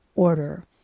order